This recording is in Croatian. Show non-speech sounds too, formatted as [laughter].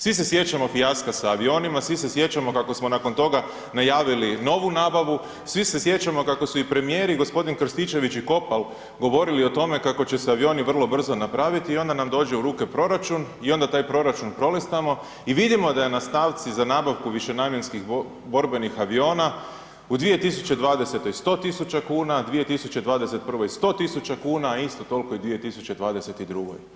Svi se sjećamo fijaska sa avionima, svi se sjećamo kako smo nakon toga najavili novu nabavu, svi se sjećamo kako su i premijer i g. Krstičević i ... [unintelligible] govorili o tome kako će se avioni vrlo brzo napraviti i onda nam dođe u ruke proračun i onda taj proračun prolistamo i vidimo da je na stavci za nabavku višenamjenskih borbenih aviona u 2020. 100 tisuća kuna, 2021. 100 tisuća kuna a isto toliko i u 2022.